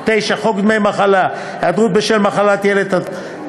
9. חוק דמי מחלה (היעדרות בשל מחלת ילד),